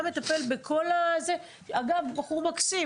ברגע שהרמטכ"ל מאשר שלא מתקנים את הליקוי,